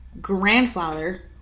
grandfather